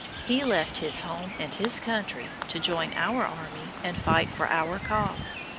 he left his home and his country to join our army and fight for our cause.